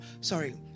sorry